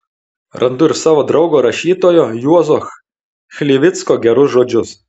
randu ir savo draugo rašytojo juozo chlivicko gerus žodžius